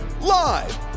live